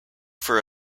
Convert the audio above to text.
for